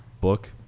book